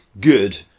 good